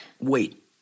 Wait